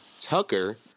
Tucker